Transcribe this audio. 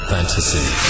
Fantasy